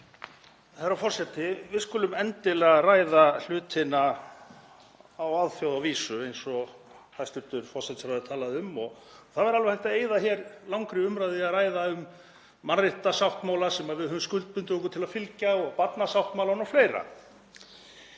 Herra forseti. Við skulum endilega ræða hlutina á alþjóðavísu eins og hæstv. forsætisráðherra talaði um og það væri alveg hægt að eyða hér langri umræðu í að ræða um mannréttindasáttmála sem við höfum skuldbundið okkur til að fylgja, barnasáttmálann og fleira.